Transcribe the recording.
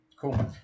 cool